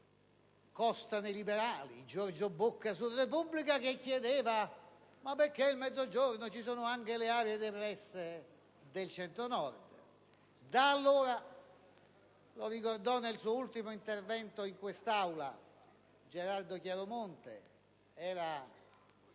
Costa nei liberali, Giorgio Bocca su «la Repubblica» - che chiedeva: «ma perché il Mezzogiorno? Ci sono anche le aree depresse del Centro-Nord». Da allora - lo ha ricordato nel suo ultimo intervento in quest'Aula Gerardo Chiaromonte tra